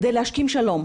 כדי להשכין שלום,